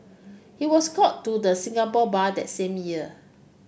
he was called to the Singapore Bar that same year